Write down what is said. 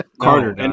Carter